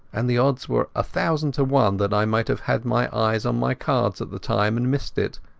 and the odds were a thousand to one that i might have had my eyes on my cards at the time and missed it.